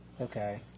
Okay